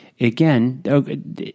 again